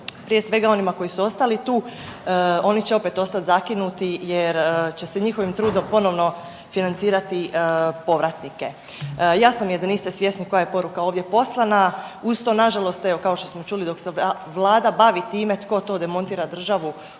prije svega onima koji su ostali tu oni će opet ostat zakinuti jer će se njihovim trudom ponovno financirati povratnike. Jasno mi je da niste svjesni koja je poruka ovdje poslana, uz to nažalost evo kao što smo čuli dok se vlada bavi time tko to demontira državu